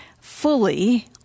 fully